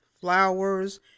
flowers